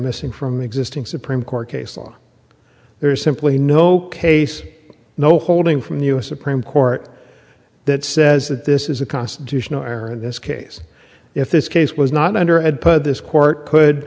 missing from the existing supreme court case law there is simply no case no holding from the u s supreme court that says that this is a constitutional error in this case if this case was not under ed but this court could